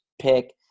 pick